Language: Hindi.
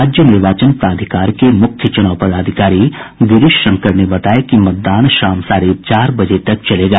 राज्य निर्वाचन प्राधिकार के मुख्य चुनाव पदाधिकारी गिरीश शंकर ने बताया कि मतदान शाम साढ़े चार बजे तक चलेगा